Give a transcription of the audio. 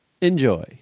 Enjoy